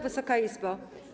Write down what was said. Wysoka Izbo!